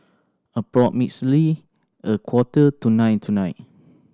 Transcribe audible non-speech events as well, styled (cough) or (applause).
(unintelligible) a quarter to nine tonight